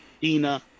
dina